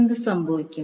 എന്ത് സംഭവിക്കും